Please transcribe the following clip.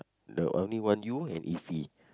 the I only want you and iffy